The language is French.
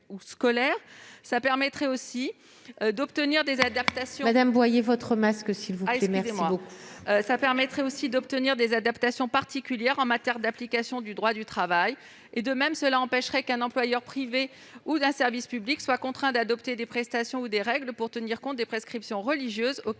Cela permettrait aussi d'obtenir des adaptations particulières en matière d'application du droit du travail et, de même, cela empêcherait qu'un employeur privé ou public soit contraint de prévoir des prestations ou d'adapter des règles pour tenir compte de prescriptions religieuses auxquelles